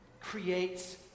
creates